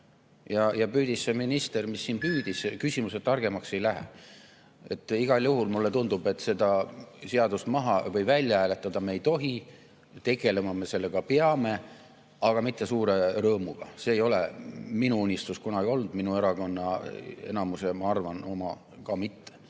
Püüdis minister, mis siin püüdis, aga küsimused targemaks ei lähe. Igal juhul mulle tundub, et seda seadust välja hääletada me ei tohi. Tegelema me sellega peame, aga mitte suure rõõmuga. See ei ole minu unistus kunagi olnud ja minu erakonna enamuse oma, ma arvan, ka mitte.